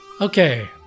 Okay